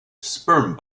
sperm